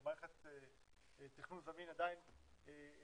זו מערכת תכנון זמין עדיין קשה,